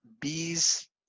Bees